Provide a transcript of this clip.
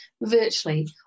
virtually